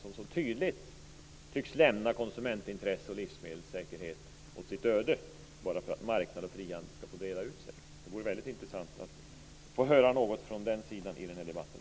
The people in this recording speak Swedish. De tycks tydligt lämna konsumentintressen och livsmedelssäkerhet åt sitt öde, så att marknaden och frihandeln kan få breda ut sig. Det vore intressant att få höra någon från den sidan i den här debatten.